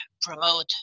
promote